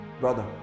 Brother